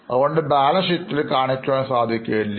അതുകൊണ്ട് കമ്പനിക്ക് ബാലൻസ് ഷീറ്റിൽ കാണിക്കുവാൻ സാധിക്കുകയില്ല